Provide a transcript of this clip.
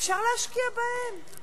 אפשר להשקיע בהן.